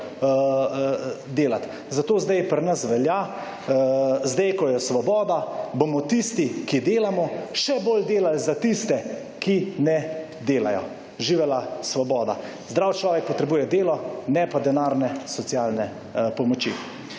delati. Zato sedaj pri nas velja, sedaj ko je svoboda bomo tisti, ki delamo še bolj delali za tiste, ki ne delajo. Živela svoboda! Zdrav človek potrebuje delo, ne pa denarne socialne pomoči.